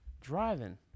driving